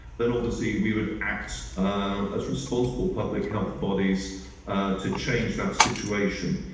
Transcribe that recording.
then obviously we would act as responsible public health bodies to change that situation.